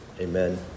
Amen